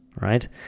right